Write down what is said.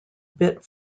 bit